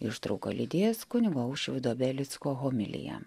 ištrauką lydės kunigo aušvydo belicko homilija